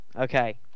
Okay